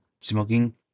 smoking